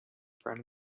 front